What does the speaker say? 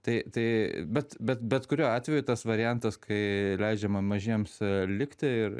tai tai bet bet bet kuriuo atveju tas variantas kai leidžiama mažiems likti ir